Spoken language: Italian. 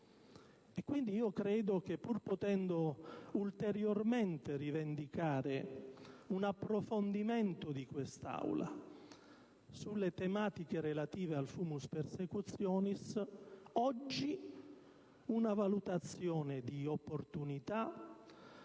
quindi che, pur potendo ulteriormente rivendicare un approfondimento di quest'Aula sulle tematiche relative al *fumus* *persecutionis*, oggi una valutazione di opportunità